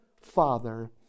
father